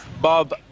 Bob